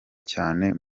cyane